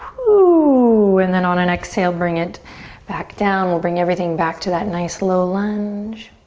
ooh, and then on an exhale bring it back down. we'll bring everything back to that nice low lunge.